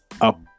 up